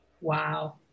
Wow